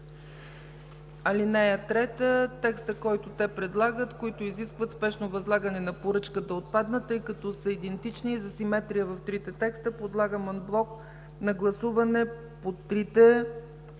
ал. 3. Текстът, който те предлагат – „които изискват спешно възлагане на поръчка”, да отпадне, тъй като са идентични, за симетрия в трите текста. Подлагам анблок на гласуване трите членове: